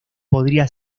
podría